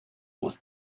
was